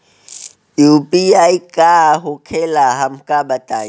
UPI का होखेला हमका बताई?